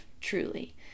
truly